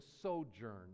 sojourn